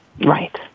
Right